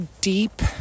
deep